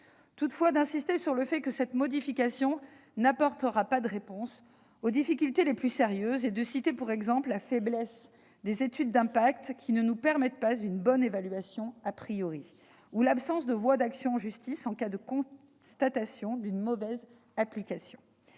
convient d'insister sur le fait que cette modification n'apportera pas de réponses aux difficultés les plus sérieuses. Je citerai, à titre d'exemples, la faiblesse des études d'impact, qui ne nous permettent pas de procéder à une bonne évaluation, ou l'absence de voies d'action en justice en cas de constatation d'une mauvaise application